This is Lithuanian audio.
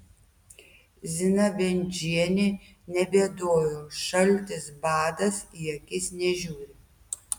zina bendžienė nebėdojo šaltis badas į akis nežiūri